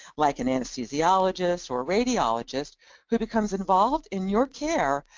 like and anesthesiologist or a radiologist who becomes involved in your care,